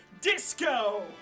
Disco